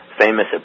famous